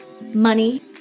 money